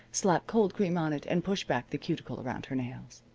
slap cold cream on it, and push back the cuticle around her nails.